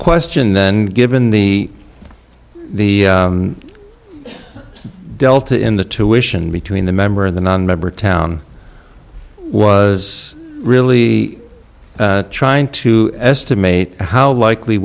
question then given the the delta in the tuition between the member of the nonmember town i was really trying to estimate how likely